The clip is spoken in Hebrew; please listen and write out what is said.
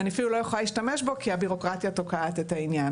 ואני אפילו לא יכולה להשתמש בו כי הביורוקרטיה תוקעת את העניין.